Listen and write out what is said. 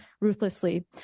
ruthlessly